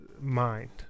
mind